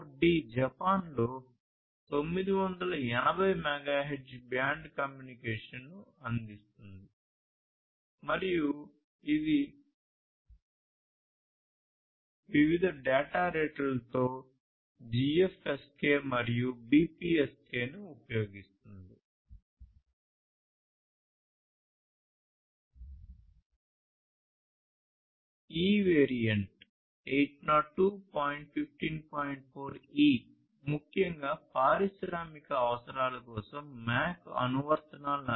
4d జపాన్లో 980 megahertz band కమ్యూనికేషన్ను అందిస్తుంది మరియు ఇది వివిధ డేటా రేట్లతో GFSK మరియు BPSK ని ఉపయోగిస్తుంది